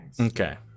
Okay